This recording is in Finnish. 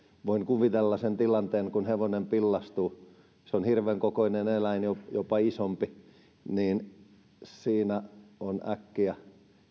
voin kuvitella sen tilanteen kun hevonen pillastuu se on hirven kokoinen eläin jopa jopa isompi niin siinä on äkkiä